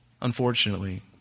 unfortunately